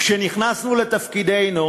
כשנכנסנו לתפקידנו